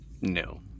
No